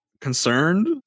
concerned